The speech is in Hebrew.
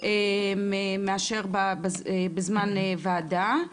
מאשר בזמן וועדה.